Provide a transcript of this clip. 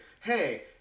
hey